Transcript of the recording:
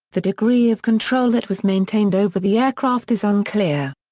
the degree of control that was maintained over the aircraft is unclear.